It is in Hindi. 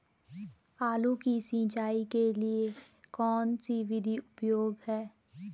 आलू की सिंचाई के लिए कौन सी विधि उपयोगी है?